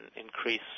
increase